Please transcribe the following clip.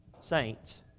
saints